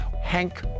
Hank